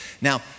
Now